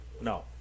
no